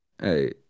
Hey